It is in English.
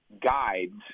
guides